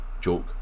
joke